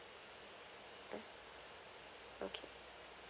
uh okay